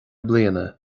bliana